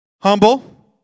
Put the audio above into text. Humble